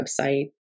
website